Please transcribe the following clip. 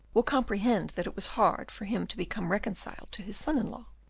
will comprehend that it was hard for him to become reconciled to his son-in-law.